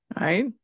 Right